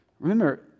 Remember